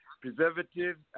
preservatives